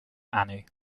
annie